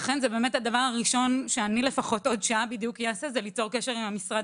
הדבר הראשון שאני אעשה בעוד שעה זה ליצור קשר עם המשרד